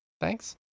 thanks